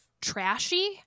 trashy